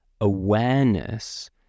awareness